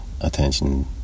attention